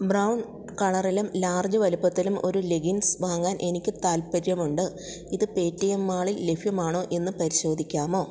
brown കളറിലും large വലുപ്പത്തിലും ഒരു ലെഗ്ഗിംഗ്സ് വാങ്ങാൻ എനിക്ക് താൽപ്പര്യമുണ്ട് ഇത് പേ റ്റി എം മാളിൽ ലഭ്യമാണോയെന്ന് പരിശോധിക്കാമോ